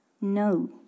No